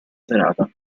serata